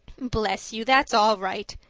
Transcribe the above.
bless you, that's all right,